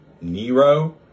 Nero